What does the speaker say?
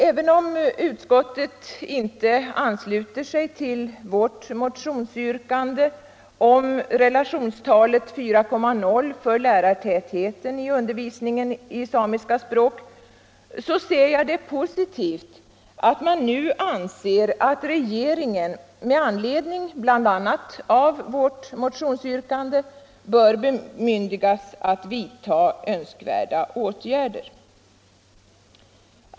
Även om utskottet inte ansluter sig till vårt motionsyrkande om relationstalet 4,0 för lärartätheten i undervisningen i samiska språk, så ser jag det som positivt att man nu anser att regeringen med anledning bl.a. av vårt yrkande bör bemyndigas att vidta önskvärda åtgärder.